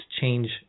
change